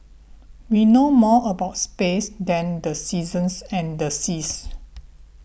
we know more about space than the seasons and the seas